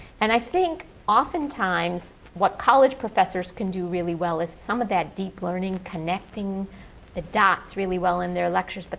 and i think oftentimes what college professors can do really well is some of that deep learning connecting the dots really well in their lectures, but